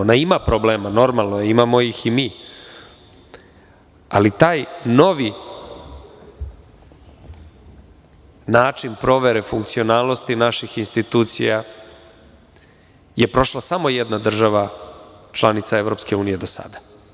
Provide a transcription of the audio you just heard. Ona ima problema, to je normalno, imamo ih i mi, ali taj novi način provere funkcionalnosti naših institucija je prošla samo jedna država članica EU do sada.